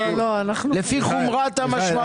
לא, לא, אנחנו --- לפי חומרת המשמעות.